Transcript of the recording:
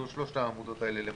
שלוש העמודות האלה למטה.